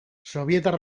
sobietar